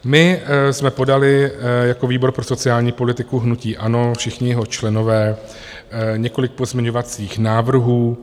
My jsme podali jako výbor pro sociální politiku hnutí ANO, všichni jeho členové, několik pozměňovacích návrhů.